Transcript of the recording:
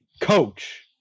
Coach